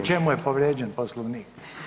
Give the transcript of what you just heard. U čemu je povrijeđen Poslovnik?